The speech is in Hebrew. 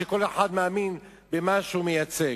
שכל אחד מאמין במה שהוא מייצג,